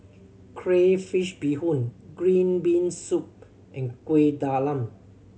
crayfish beehoon green bean soup and Kuih Talam